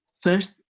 First